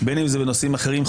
בין אם זה בנושאים אחרים,